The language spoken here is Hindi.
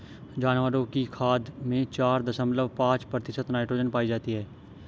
जानवरों की खाद में चार दशमलव पांच प्रतिशत नाइट्रोजन पाई जाती है